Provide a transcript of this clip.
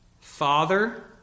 Father